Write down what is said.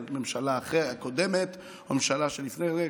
על הממשלה הקודמת או הממשלה שלפני זה.